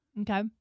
Okay